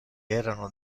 erano